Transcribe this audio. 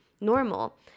normal